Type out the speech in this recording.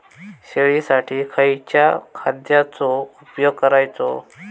शेळीसाठी खयच्या खाद्यांचो उपयोग करायचो?